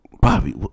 Bobby